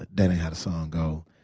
and how the song go.